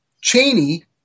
cheney